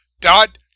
dot